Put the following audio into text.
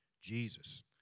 Jesus